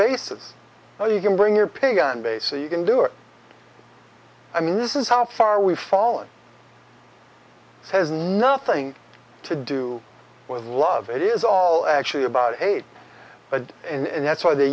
where you can bring your pig on base so you can do it i mean this is how far we've fallen has nothing to do with love it is all actually about eight and that's why they